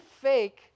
fake